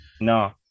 No